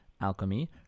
alchemy